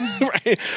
Right